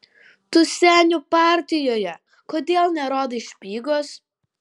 tu senių partijoje kodėl nerodai špygos